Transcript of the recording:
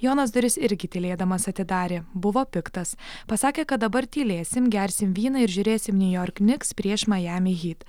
jonas duris irgi tylėdamas atidarė buvo piktas pasakė kad dabar tylėsim gersim vyną ir žiūrėsim niujork niks prieš majami hyt